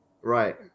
right